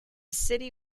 city